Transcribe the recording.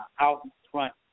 out-front